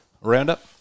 roundup